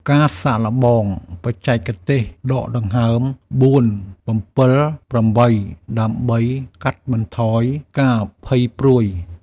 សាកល្បងបច្ចេកទេសដកដង្ហើម ៤,៧,៨ ដើម្បីកាត់បន្ថយការភ័យព្រួយ។